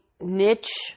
niche